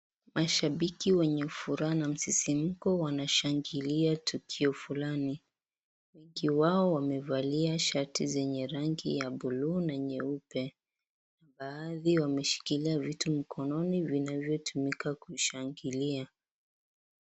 Mashabiki wenye furaha na msisimko wanashangilia tukio fulani. Wengi wao wamevalia shati zenye rangi ya buluu na nyeupe. Baadhi wameshikilia vitu mkononi vinavyotumika kushangilia.